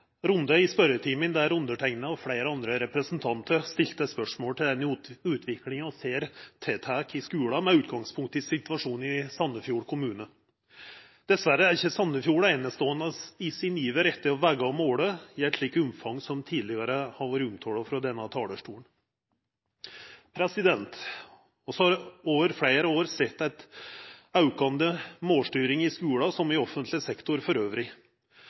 runde i spørjetimen, der underteikna og fleire andre representantar stilte spørsmål rundt den utviklinga vi ser grip om seg i skulen, med utgangspunkt i situasjonen i Sandefjord kommune. Dessverre er ikkje Sandefjord eineståande i sin iver etter å vega og måla i eit slikt omfang som tidlegare har vore tala om frå denne talarstolen. Vi har over fleire år sett aukande målstyring i skulen, som i offentleg sektor